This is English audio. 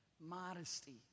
modesty